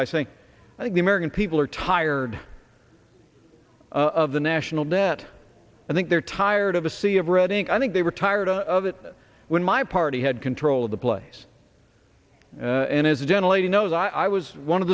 by saying i think the american people are tired of the national debt i think they're tired of a sea of red ink i think we were tired of it when my party had control of the place and as a gentle lady knows i was one of